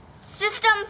System